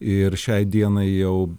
ir šiai dienai jau